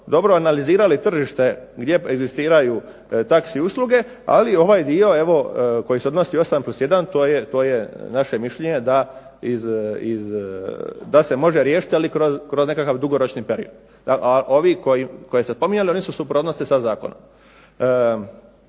dobro analizirali tržište gdje egzistiraju taksi usluge, ali ovaj dio evo koji se odnosi osam plus jedan to je naše mišljenje da iz, da se može riješiti ali kroz nekakav dugoročni period. A ovi koje se spominjalo, oni su suprotnosti sa zakonom.